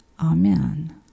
Amen